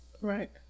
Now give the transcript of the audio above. Right